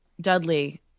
Dudley